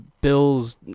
Bill's